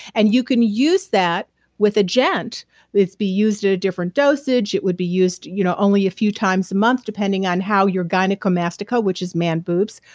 and you can use that with a gent it'd be used at a different dosage. it would be used you know only a few times a month depending on how your gynecomastia, which is man boobs,